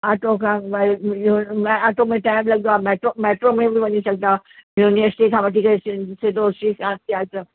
auto खां इहो auto में टाइम लॻंदो आहे मेट्रो मेट्रो में बि वञी सघंदा यूनिवर्सिटी खां वठी करे सीधो शिव शांति आश्रम